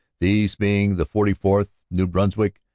these being the forty fourth, new brunswick,